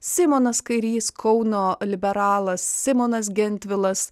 simonas kairys kauno liberalas simonas gentvilas